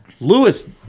Lewis